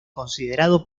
considerado